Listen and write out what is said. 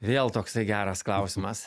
vėl toksai geras klausimas